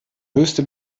höchste